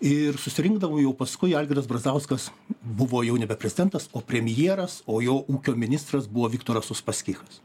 ir susirinkdavo jau paskui algirdas brazauskas buvo jau nebe prezidentas o premjeras o jo ūkio ministras buvo viktoras uspaskichas